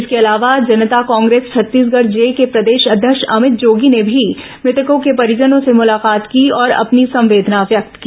इसके अलावा जनता कांग्रेस छत्तीसगढ़ जे के प्रदेश अध्यक्ष अमित जोगी ने भी मृतकों के परिजनों से मुलाकात की और अपनी संवेदना व्यक्त की